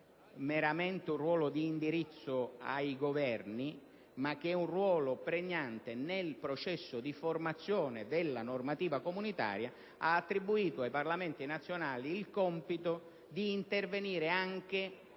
che non è di mero indirizzo ai Governi, ma un ruolo pregnante nel processo di formazione della normativa comunitaria. Ha attribuito infatti ai Parlamenti nazionali il compito di intervenire anche,